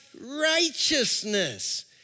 righteousness